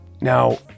Now